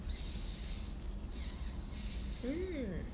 mm